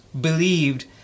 believed